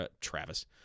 Travis